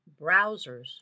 browsers